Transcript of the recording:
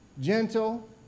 gentle